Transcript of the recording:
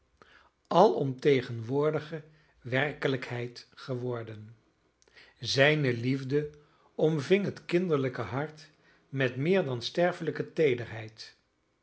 eene levende alomtegenwoordige werkelijkheid geworden zijne liefde omving het kinderlijke hart met meer dan sterfelijke teederheid